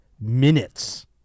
minutes